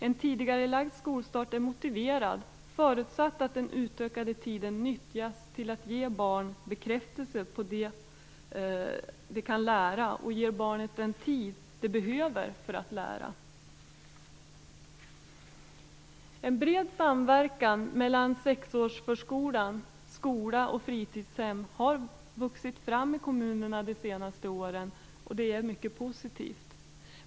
En tidigarelagd skolstart är motiverad förutsatt att den utökade tiden nyttjas till att ge barn bekräftelse på att de kan lära och ger barnet den tid det behöver för att lära. En bred samverkan mellan sexårsförskolan, skola och fritidshem har vuxit fram i kommunerna de senaste åren, och det är mycket positivt.